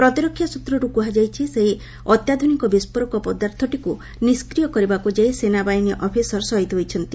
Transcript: ପ୍ରତିରକ୍ଷା ସ୍ୱତ୍ରରେ କୁହାଯାଇଛି ସେହି ଅତ୍ୟାଧୁନିକ ବିସ୍ଫୋରକ ପଦାର୍ଥଟିକୁ ନିଷ୍କିୟ କରିବାକୁ ଯାଇ ସେନାବାହିନୀ ଅଫିସର ଶହୀଦ୍ ହୋଇଛନ୍ତି